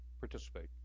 participate